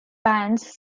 bands